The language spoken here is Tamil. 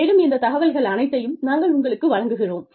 மேலும் இந்த தகவல்கள் அனைத்தையும் நாங்கள் உங்களுக்கு வழங்குகிறோம்